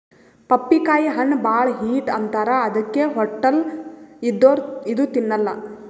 ಪಪ್ಪಿಕಾಯಿ ಹಣ್ಣ್ ಭಾಳ್ ಹೀಟ್ ಅಂತಾರ್ ಅದಕ್ಕೆ ಹೊಟ್ಟಲ್ ಇದ್ದೋರ್ ಇದು ತಿನ್ನಲ್ಲಾ